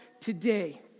today